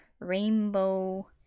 Rainbow